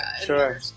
Sure